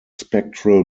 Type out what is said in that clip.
spectral